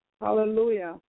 Hallelujah